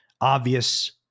obvious